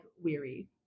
weary